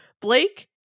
Blake